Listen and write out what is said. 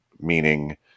meaning